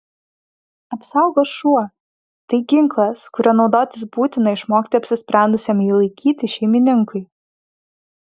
apsaugos šuo tai ginklas kuriuo naudotis būtina išmokti apsisprendusiam jį laikyti šeimininkui